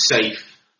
safe